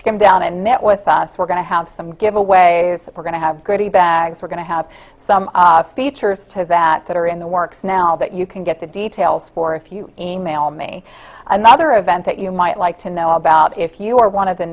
to come down and met with us we're going to have some giveaways we're going to have goodie bags we're going to have some features to that that are in the works now that you can get the details for if you email me another event that you might like to know about if you are one of the